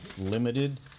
limited